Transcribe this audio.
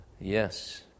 Yes